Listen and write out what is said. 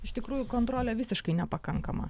iš tikrųjų kontrolė visiškai nepakankama